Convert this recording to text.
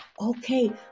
okay